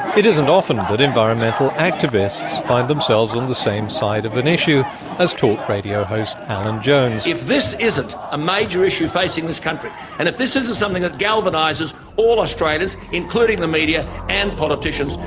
it isn't often that environmental activists find themselves on the same side of an issue as talk radio host alan jones. if this isn't a major issue facing this country and if this isn't something that galvanises all australians, including the media and politicians,